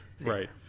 Right